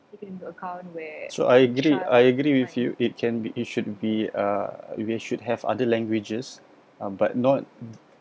so I agree I agree with you and it can be it should be uh we should have other languages uh but not